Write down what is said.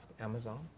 Amazon